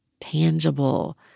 tangible